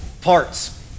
parts